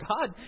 God